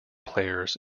players